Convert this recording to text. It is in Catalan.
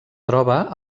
troba